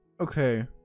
okay